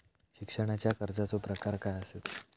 शिक्षणाच्या कर्जाचो प्रकार काय आसत?